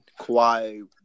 Kawhi